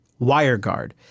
WireGuard